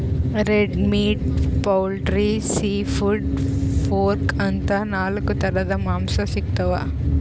red meat, poultry, seafood, pork ಅಂತಾ ನಾಲ್ಕ್ ಥರದ್ ಮಾಂಸಾ ಸಿಗ್ತವ್